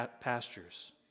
pastures